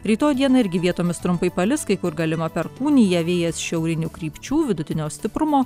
rytoj dieną irgi vietomis trumpai palis kai kur galima perkūnija vėjas šiaurinių krypčių vidutinio stiprumo